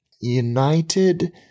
United